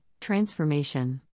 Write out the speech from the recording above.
transformation